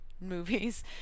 movies